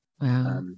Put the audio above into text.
Wow